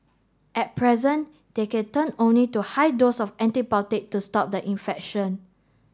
at present they can turn only to high dose of antibiotic to stop the infection